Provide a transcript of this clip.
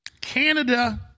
Canada